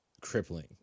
crippling